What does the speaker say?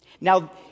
now